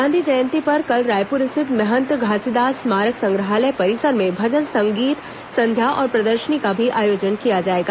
गांधी जयंती पर कल रायपुर स्थित महंत घासीदास स्मारक संग्रहालय परिसर में भजन संगीत संध्या और प्रदर्शनी का भी आयोजन किया जाएगा